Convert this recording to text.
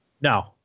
No